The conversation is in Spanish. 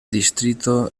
distrito